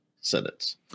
sentence